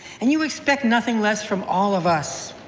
and you expect nothing less from all of us.